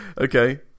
okay